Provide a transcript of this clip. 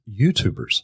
YouTubers